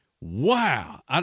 wow